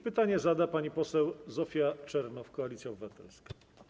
Pytanie zada pani poseł Zofia Czernow, Koalicja Obywatelska.